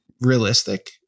realistic